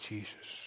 Jesus